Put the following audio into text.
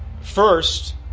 first